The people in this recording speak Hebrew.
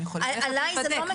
עליי זה לא מקובל.